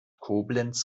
koblenz